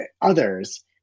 others